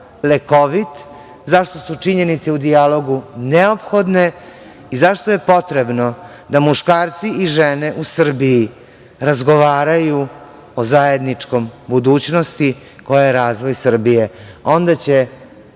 lekovit, zašto su činjenice u dijalogu neophodne, i zašto je potrebno da muškarci i žene u Srbiji, razgovaraju o zajedničkoj budućnosti koja je razvoj Srbije. Onda će